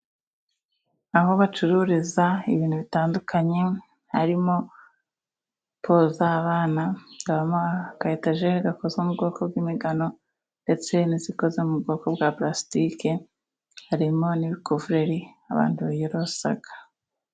Aho bacururiza ibintu bitandukanye harimo po z'abana, hakabamo ka etageri gakozwe mu bwoko bw'imigano ndetse n'izikoze zo mu bwoko bwa purasitike harimo ni ibikuvureri abantu biyorosa.